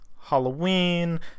halloween